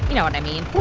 you know what i mean.